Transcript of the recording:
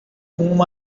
whom